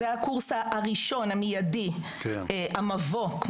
זה הקורס הראשון, המיידי, המבוא.